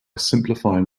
simplifying